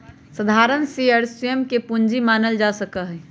साधारण शेयर स्वयं के पूंजी मानल जा हई